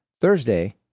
Thursday